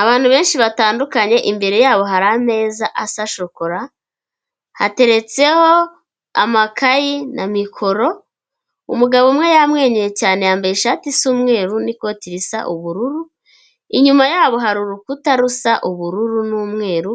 Abantu benshi batandukanye, imbere yabo hari ameza asa shokora, hateretseho amakayi na mikoro, umugabo umwe yamwenyuye cyane, yambaye ishati isa umweru n'ikoti risa ubururu, inyuma yabo hari urukuta rusa ubururu n'umweru